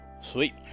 Sweet